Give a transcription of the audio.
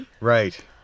Right